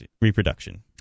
reproduction